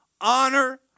Honor